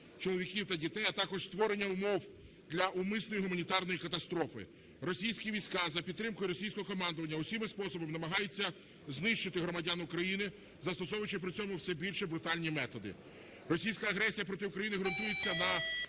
чоловіків та дітей, а також створення умов для умисної гуманітарної катастрофи. Російські війська за підтримки російського командування усіма способами намагаються знищити громадян України, застосовуючи при цьому все більш брутальні методи. Російська агресія проти України ґрунтується на